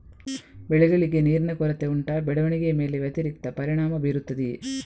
ಬೆಳೆಗಳಿಗೆ ನೀರಿನ ಕೊರತೆ ಉಂಟಾ ಬೆಳವಣಿಗೆಯ ಮೇಲೆ ವ್ಯತಿರಿಕ್ತ ಪರಿಣಾಮಬೀರುತ್ತದೆಯೇ?